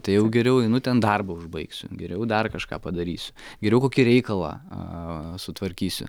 tai jau geriau einu ten darbą užbaigsiu geriau dar kažką padarysiu geriau kokį reikalą aaa sutvarkysiu